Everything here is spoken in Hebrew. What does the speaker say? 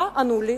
מה אמרו לי?